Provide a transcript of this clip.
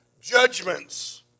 judgments